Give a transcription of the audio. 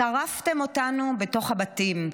שרפתם אותנו בתוך הבתים.